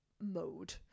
mode